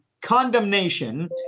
condemnation